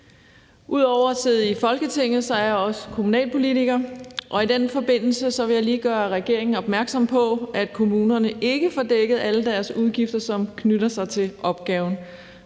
Ud over at sidde i Folketinget er jeg også kommunalpolitiker, og i den forbindelse vil jeg lige gøre regeringen opmærksom på, at kommunerne ikke får dækket alle deres udgifter, som knytter sig til opgaven.